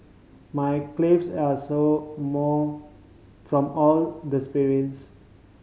my calves are sore more from all the sprints